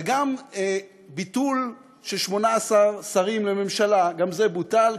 וגם ביטול 18 שרים לממשלה גם זה בוטל,